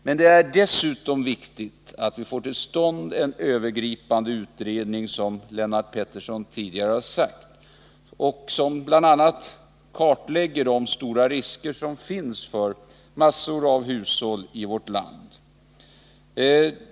Men det är dessutom viktigt, som Lennart Pettersson tidigare har sagt, att vi får till stånd en utredning som bl.a. kan kartlägga de stora risker som finns för mängder av hushåll i vårt land.